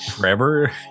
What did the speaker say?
forever